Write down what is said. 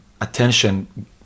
attention